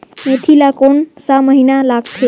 मेंथी ला कोन सा महीन लगथे?